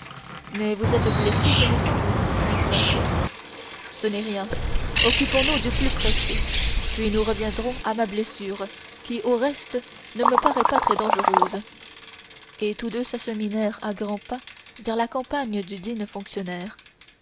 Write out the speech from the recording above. mais vous êtes blessé ce me semble dit planchet ce n'est rien occupons-nous du plus pressé puis nous reviendrons à ma blessure qui au reste ne me paraît pas très dangereuse et tous deux s'acheminèrent à grands pas vers la campagne du digne fonctionnaire